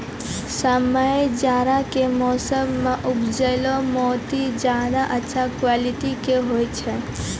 समय जाड़ा के मौसम मॅ उपजैलो मोती ज्यादा अच्छा क्वालिटी के होय छै